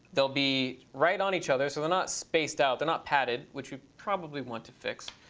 they'll be right on each other, so they're not spaced out. they're not padded, which we probably want to fix.